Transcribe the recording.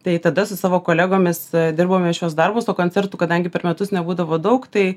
tai tada su savo kolegomis dirbome šiuos darbus o koncertų kadangi per metus nebūdavo daug tai